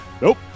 nope